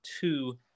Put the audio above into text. two